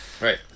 Right